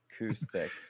acoustic